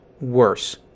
worse